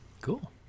Cool